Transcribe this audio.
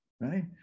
right